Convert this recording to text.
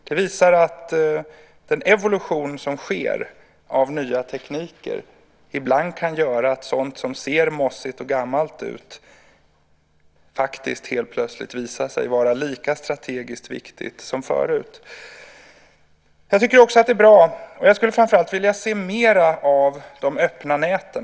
Det visar att den evolution av nya tekniker som sker ibland kan göra att sådant som ser mossigt och gammalt ut faktiskt helt plötsligt visar sig vara lika strategiskt viktigt som förut. Jag tycker också att det är bra med, och skulle framför allt vilja se mer av, de öppna näten.